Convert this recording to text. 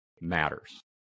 matters